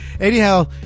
Anyhow